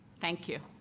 thank you.